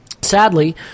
Sadly